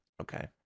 Okay